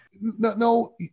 No